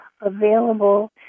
available